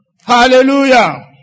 Hallelujah